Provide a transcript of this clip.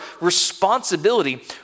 responsibility